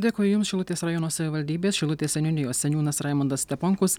dėkoju jums šilutės rajono savivaldybės šilutės seniūnijos seniūnas raimondas steponkus